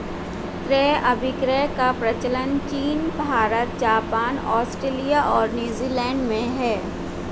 क्रय अभिक्रय का प्रचलन चीन भारत, जापान, आस्ट्रेलिया और न्यूजीलैंड में है